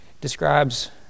describes